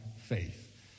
faith